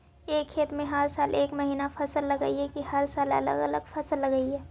एक खेत में हर साल एक महिना फसल लगगियै कि हर साल अलग अलग फसल लगियै?